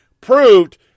proved